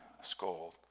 scold